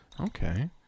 okay